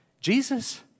Jesus